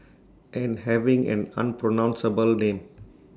and having an unpronounceable name